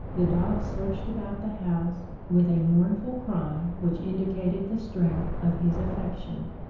the dog searched about the house, with a mournful cry which indicated the strength of his affection.